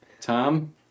Tom